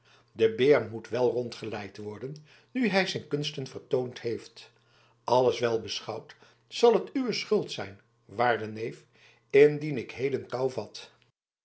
de beer moet wel rondgeleid worden nu hij zijn kunsten vertoond heeft alles wel beschouwd zal het uwe schuld zijn waarde neef indien ik heden kou vat